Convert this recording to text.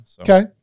Okay